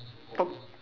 top